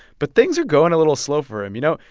but things are going a little slow for him. you know,